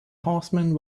horseman